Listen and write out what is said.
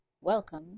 Welcome